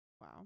Wow